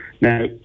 Now